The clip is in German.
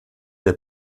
der